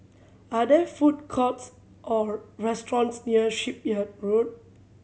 are there food courts or restaurants near Shipyard Road